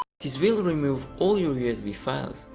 this will remove all your usb files,